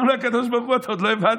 אומר לו הקדוש ברוך הוא: אתה עוד לא הבנת,